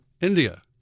India